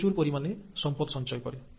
এটি প্রচুর পরিমাণে সম্পদ সঞ্চয় করে